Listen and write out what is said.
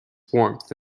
warmth